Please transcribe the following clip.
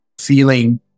feeling